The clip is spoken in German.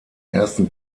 ersten